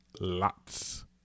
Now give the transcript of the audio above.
lots